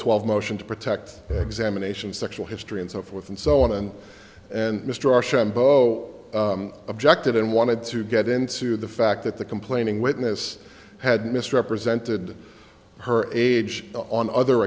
twelve motion to protect the examination sexual history and so forth and so on and and mr archambault objected and wanted to get into the fact that the complaining witness had misrepresented her age on other